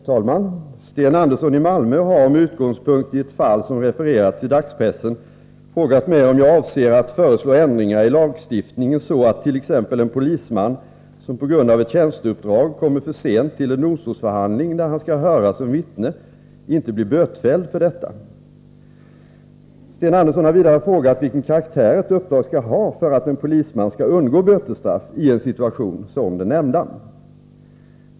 Herr talman! Sten Andersson i Malmö har, med utgångspunkt i ett fall som refererats i dagspressen, frågat mig om jag avser att föreslå ändringar i lagstiftningen så att t.ex. en polisman, som på grund av ett tjänsteuppdrag kommer för sent till en domstolsförhandling där han skall höras som vittne, inte blir bötfälld för detta. Sten Andersson har vidare frågat vilken karaktär ett uppdrag skall ha för att en polisman skall undgå bötesstraff i en situation som den nämnda.